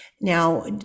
now